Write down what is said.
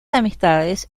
amistades